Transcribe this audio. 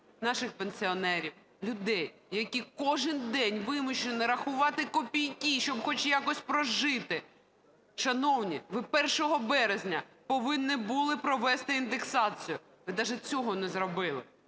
наших пенсіонерів, людей, які кожен день вимушені рахувати копійки, щоб хоч якось прожити. Шановні, ви 1 березня повинні були провести індексацію. Ви даже цього не зробили.